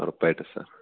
ഉറപ്പായിട്ടും സാർ